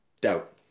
doubt